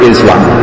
Islam